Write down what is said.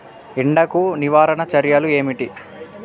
ఎండకు నివారణ చర్యలు ఏమిటి?